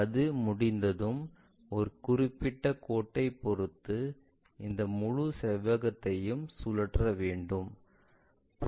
அது முடிந்ததும் ஒரு குறிப்பிட்ட கோட்டைப் பொறுத்து இந்த முழு செவ்வகத்தையும் சுழற்ற வேண்டும்